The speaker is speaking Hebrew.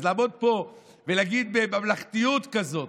אז לעמוד פה ולהגיד בממלכתיות כזאת: